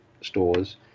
stores